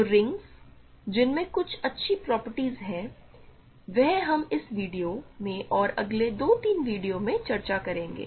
तो रिंग्स जिनमें कुछ अच्छी प्रॉपर्टीज हैं वह हम इस वीडियो में और अगले 2 या 3 वीडियो में इनकी चर्चा करेंगे